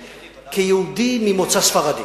כיהודי ממוצא ספרדי,